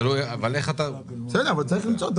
צריך למצוא.